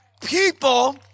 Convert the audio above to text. people